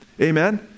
Amen